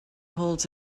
holds